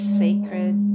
sacred